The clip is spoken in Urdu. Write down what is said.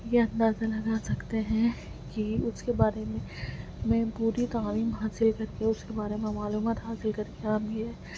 یہ اندازہ لگا سکتے ہیں کہ اس کے بارے میں میں پوری کہانی وہاں سے لے کر کے اس کے بارے میں معلومات حاصل کر کے ہم یہ